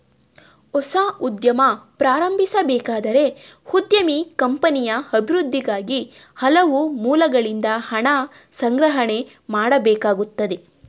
ಹೊಸ ಉದ್ಯಮ ಪ್ರಾರಂಭಿಸಬೇಕಾದರೆ ಉದ್ಯಮಿ ಕಂಪನಿಯ ಅಭಿವೃದ್ಧಿಗಾಗಿ ಹಲವು ಮೂಲಗಳಿಂದ ಹಣ ಸಂಗ್ರಹಣೆ ಮಾಡಬೇಕಾಗುತ್ತದೆ